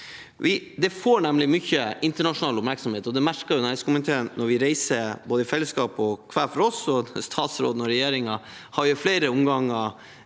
Det får nemlig mye internasjonal oppmerksomhet, det merker næringskomiteen når vi reiser – både i fellesskap og hver for oss. Statsråden og regjeringen har i flere omganger